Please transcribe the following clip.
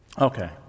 Okay